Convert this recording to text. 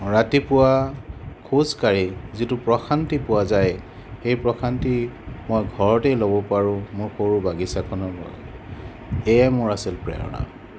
ৰাতিপুৱা খোজ কাঢ়ি যিটো প্ৰশান্তি পোৱা যায় এই প্ৰশান্তি মই ঘৰতেই ল'ব পাৰোঁ মোৰ সৰু বাগিছাখনৰ পৰা এয়াই মোৰ আছিল প্ৰেৰণা